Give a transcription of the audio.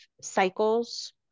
cycles